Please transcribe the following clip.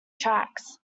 tracks